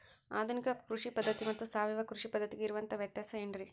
ಆಧುನಿಕ ಕೃಷಿ ಪದ್ಧತಿ ಮತ್ತು ಸಾವಯವ ಕೃಷಿ ಪದ್ಧತಿಗೆ ಇರುವಂತಂಹ ವ್ಯತ್ಯಾಸ ಏನ್ರಿ?